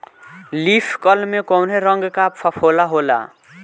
Leaf curl में कौने रंग का फफोला होला?